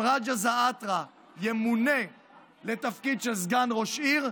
רג'א זעאתרה ימונה לתפקיד סגן ראש העיר,